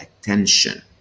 attention